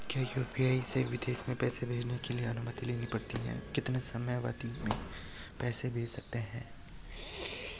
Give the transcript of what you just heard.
क्या यु.पी.आई से विदेश में पैसे भेजने के लिए अनुमति लेनी पड़ती है कितने समयावधि में पैसे भेज सकते हैं?